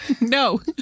No